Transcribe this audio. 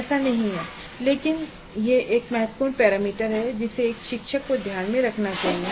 ऐसा नहीं है लेकिन यह एक महत्वपूर्ण पैरामीटर है जिसे एक शिक्षक को ध्यान में रखना चाहिए